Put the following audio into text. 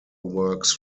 works